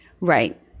Right